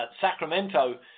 Sacramento